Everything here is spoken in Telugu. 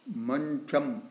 మంచం